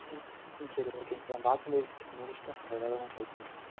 ம் ம் சரி ஓகேங்க சார் டாக்குமெண்ட் வெரிஃபிக்கேஷன் முடிச்சிவிட்டு அப்புறம் எதாவதுன்னா ட்ரை பண்ணுறேங்க சார்